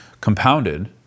compounded